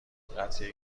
قتل